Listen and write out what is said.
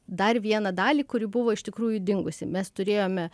dar vieną dalį kuri buvo iš tikrųjų dingusi mes turėjome